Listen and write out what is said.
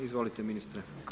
Izvolite ministre.